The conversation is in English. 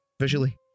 visually